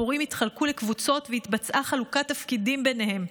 הפורעים התחלקו לקבוצות והתבצעה חלוקת תפקידים ביניהם.